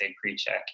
pre-check